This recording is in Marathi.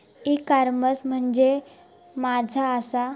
ई कॉमर्स म्हणजे मझ्या आसा?